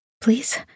Please